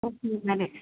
okay అండి